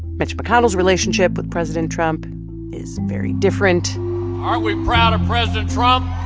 mitch mcconnell's relationship with president trump is very different aren't we proud of president trump?